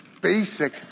basic